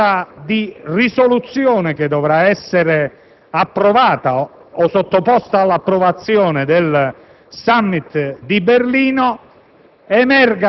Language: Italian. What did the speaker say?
la bozza di risoluzione che dovrà essere sottoposta all'approvazione del *Summit* di Berlino,